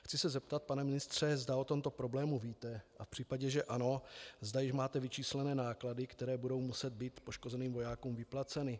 Chci se zeptat, pane ministře, zda o tomto problému víte, a v případě, že ano, zda již máte vyčíslené náklady, které budou muset být poškozeným vojákům vyplaceny.